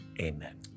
Amen